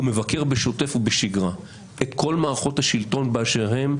הוא מבקר בשוטף ובשגרה את כל מערכות השלטון באשר הן.